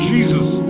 Jesus